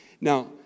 Now